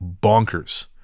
bonkers